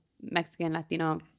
Mexican-Latino